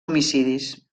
homicidis